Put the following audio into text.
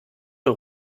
für